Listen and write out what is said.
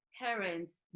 parents